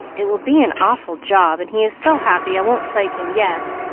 it will be an awful job, and he is so happy i won't plague him yet.